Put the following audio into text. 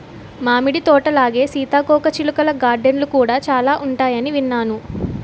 మామిడి తోటలాగే సీతాకోకచిలుకల గార్డెన్లు కూడా చాలా ఉంటాయని విన్నాను